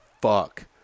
fuck